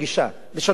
לשנות תפיסה,